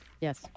Yes